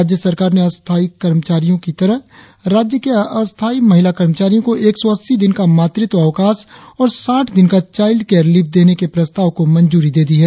राज्य सरकार ने स्थायी कर्मचारियो की तरह राज्य की अस्थायी महिला कर्मचारियो को एक सौ अस्सी दिन का मातृत्व अवकाश और साठ दिन का चाईल्ड केयर लीव देने के प्रस्ताव को मंजूरी दे दी है